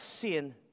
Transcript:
sin